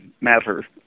matter